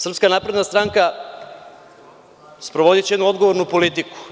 Srpska napredna stranka će sprovoditi jednu odgovornu politiku.